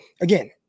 again